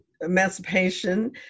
emancipation